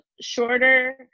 shorter